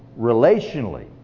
relationally